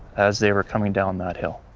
as they were coming down that hill.